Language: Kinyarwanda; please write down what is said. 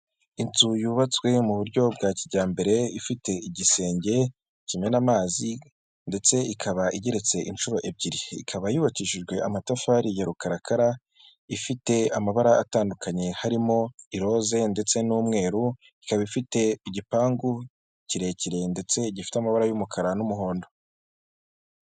Inzu yubatswe mu buryo bwa kijyambere ifite igisenge kimena amazi ndetse ikaba igeretse inshuro ebyiri, ikaba yubakishijwe amatafari ya rukarakara, ifite amabara atandukanye harimo iroze ndetse n'umweru, ikaba ifite igipangu kirekire ndetse gifite amabara y'umukara n'umuhondo.